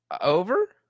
over